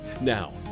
Now